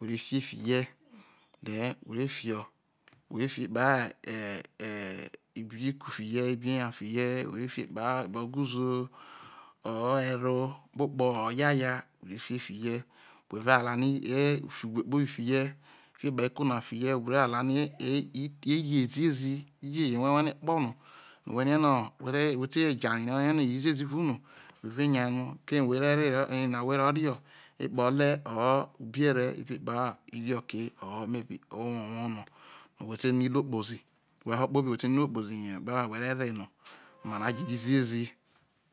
whe re fie fie fiehie then whe re fio whe re fiepuo eh eh eh ibikufihie ibie ya fihie whe re fiepao oguzzou or ero kpokpo oyaya whe re fiefihie whe ve ollow rie ye pi whe kpobu fihie fiepao eko na fihie whe re allow e e i ye ziezi ije ye wheje rue no ekpo no no whe ne no whe te jei whe rie no erro ziezi evao uhv whe ve yei no ko eye na whe re ro whe re ro re ekpa ole or ubiere evao ekpao inoke or maybe owowo no whe te no imo kpao no whe ho kpobi no whe noiruo no oye whe re re no oma rajejo ziezi